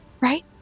right